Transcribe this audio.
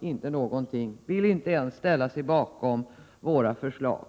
inte vill göra någonting. Man vill inte ens ställa sig bakom våra förslag.